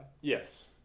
Yes